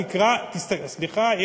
סליחה,